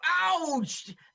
Ouch